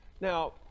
Now